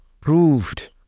proved